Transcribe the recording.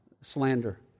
slander